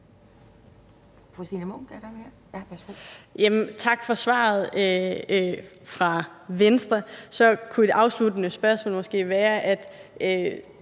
tak for svaret fra Venstres